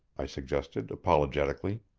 i suggested apologetically.